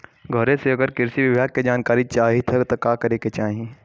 घरे से अगर कृषि विभाग के जानकारी चाहीत का करे के चाही?